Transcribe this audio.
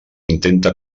intenta